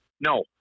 No